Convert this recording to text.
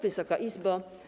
Wysoka Izbo!